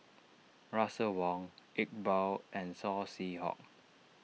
Russel Wong Iqbal and Saw Swee Hock